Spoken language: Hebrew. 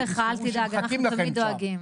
לך אל תדאג, אנחנו תמיד דואגים.